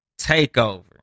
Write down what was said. Takeover